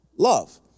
Love